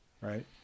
Right